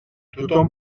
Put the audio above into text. tothom